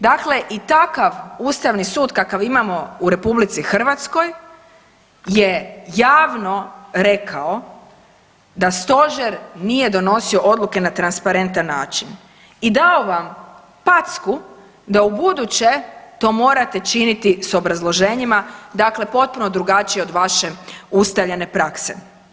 Dakle i takav Ustavni sud kakav imamo u RH je javno rekao da Stožer nije donosio odluke na transparentan način i dao vam packu da ubuduće to morate činiti s obrazloženjima, dakle potpuno drugačije od vaše ustaljene prakse.